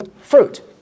fruit